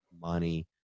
money